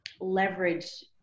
leverage